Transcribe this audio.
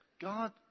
God